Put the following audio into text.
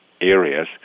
areas